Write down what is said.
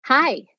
Hi